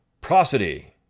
prosody